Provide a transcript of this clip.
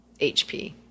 hp